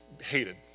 hated